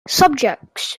subjects